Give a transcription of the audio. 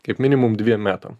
kaip minimum dviem metam